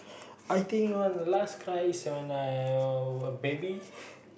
I think one last cry is when I uh baby